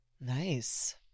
Nice